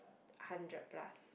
hundred plus